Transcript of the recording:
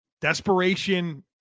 Desperation